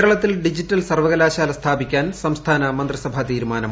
കേരളത്തിൽ ഡിജിറ്റൽ സ്റ്റർവ്വകലാശാല സ്ഥാപിക്കാൻ സംസ്ഥാന മന്ത്രിസഭാ തീർുമാനം